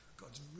God's